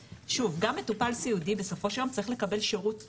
שוב גם מטופל סיעודי בסופו של יום צריך לקבל שירות זמין.